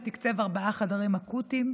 הוא תקצב בכנסת הקודמת ארבעה חדרים אקוטיים,